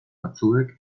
batzuek